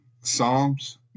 Psalms